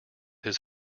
his